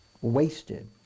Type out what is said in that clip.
wasted